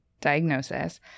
diagnosis